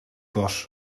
was